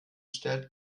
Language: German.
stellt